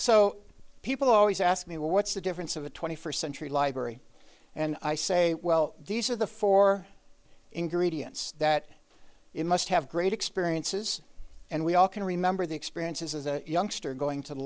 so people always ask me what's the difference of a twenty first century library and i say well these are the four ingredients that it must have great experiences and we all can remember the experiences as a youngster going to the